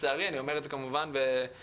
בסוגריים כמו מטרד,